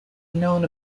known